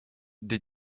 des